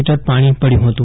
મી પાણી પડયું હતું